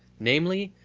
namely,